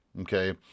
okay